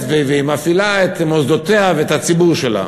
ומפעילה את מוסדותיה ואת הציבור שלה.